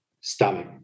stomach